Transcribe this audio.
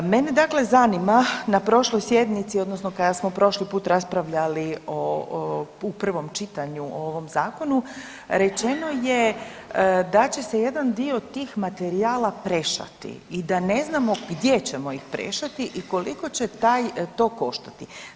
Mene dakle zanima na prošloj sjednici odnosno kada smo prošli put raspravljali u prvom čitanju o ovom zakonu rečeno je da će se jedan dio tih materijala prešati i da ne znamo gdje ćemo ih prešati i koliko će taj, to koštati.